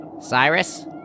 Cyrus